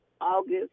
August